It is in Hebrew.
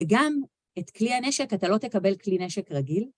גם את כלי הנשק, אתה לא תקבל כלי נשק רגיל.